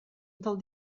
del